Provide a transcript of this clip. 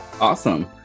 Awesome